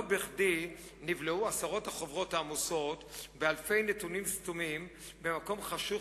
לא בכדי נבלעו עשרות החוברות העמוסות באלפי נתונים סתומים במקום חשוך,